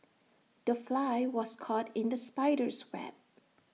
the fly was caught in the spider's web